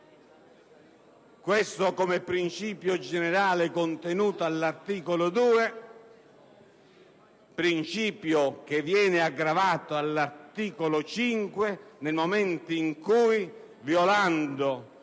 Questo è il principio generale contenuto nell'articolo 2, che viene aggravato all'articolo 5, nel momento in cui, violando